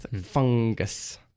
Fungus